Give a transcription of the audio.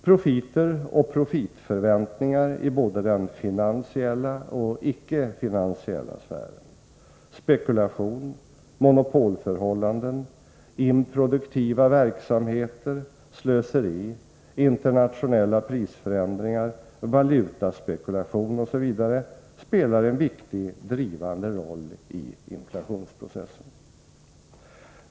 Profiter och profitförväntningar i både den finansiella och den icke-finansiella sfären, spekulation, monopolförhållanden, improduktiva verksamheter, slöseri, internationella prisförändringar, valutaspekulation osv. spelar en viktig, drivande roll i inflationsprocessen.